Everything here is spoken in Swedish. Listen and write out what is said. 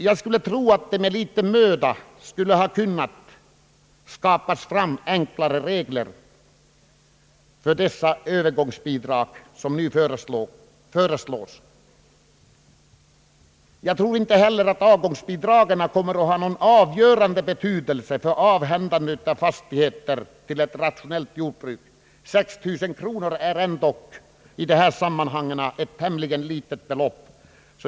Jag skulle tro att man med någon möda skulle ha kunnat skapa enklare regler för dessa övergångsbidrag som nu föreslås. Jag tror inte heller att avgångsbidragen kommer att ha någon avgörande betydelse för avhändandet av fastigheter tillhörande ett rationellt jordbruk. 6 000 kronor är ändå i dessa sammanhang ett tämligen litet belopp.